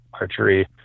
archery